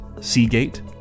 Seagate